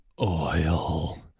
Oil